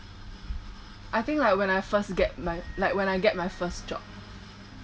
I think like when I first get my like when I get my first job